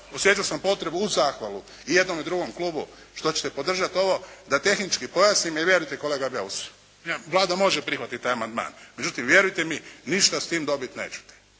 osjećao sam potrebu, uz zahvalu i jednom i drugom klubu što ćete podržati ovo, da tehnički pojasnim, jer vjerujte kolega Beus, Vlada može prihvatiti taj amandman, međutim, vjerujte mi, ništa s tim dobiti nećete.